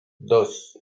dos